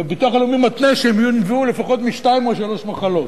והביטוח הלאומי מתנה שהם ינבעו לפחות משתיים או שלוש מחלות.